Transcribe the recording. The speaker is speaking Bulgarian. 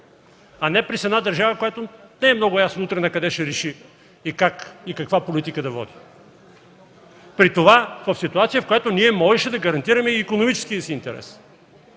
а не през една държава, която не е много ясно утре накъде ще реши, как и каква политика да води, при това в ситуация, в която ние можеше да гарантираме и икономическия си интерес.